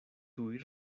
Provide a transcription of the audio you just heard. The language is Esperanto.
tuj